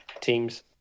teams